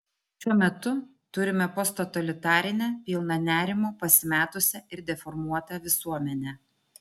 šiuo metu turime posttotalitarinę pilną nerimo pasimetusią ir deformuotą visuomenę